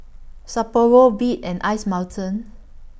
Sapporo Veet and Ice Mountain